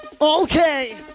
Okay